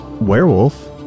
werewolf